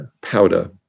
powder